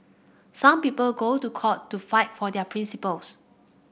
some people go to court to fight for their principles